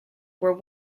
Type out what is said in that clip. were